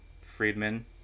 Friedman